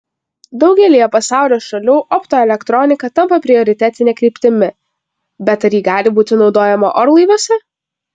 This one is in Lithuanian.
daugelyje pasaulio šalių optoelektronika tampa prioritetine kryptimi bet ar ji gali būti naudojama orlaiviuose